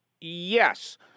Yes